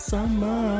Summer